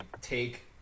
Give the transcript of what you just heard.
take